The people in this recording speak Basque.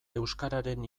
euskararen